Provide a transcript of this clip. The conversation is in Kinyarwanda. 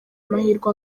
amahirwe